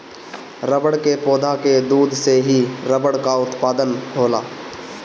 रबड़ के पौधा के दूध से ही रबड़ कअ उत्पादन होला